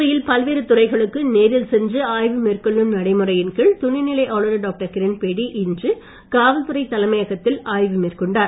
புதுவையில் பல்வேறு துறைகளுக்கு நேரில் சென்று ஆய்வு மேற்கொள்ளும் நடைமுறையின் கீழ் துணைநிலை ஆளுநர் டாக்டர் கிரண்பேடி இன்று காவல்துறை தலைமையகத்தில் மேற்கொண்டார்